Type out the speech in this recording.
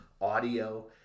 audio